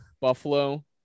Buffalo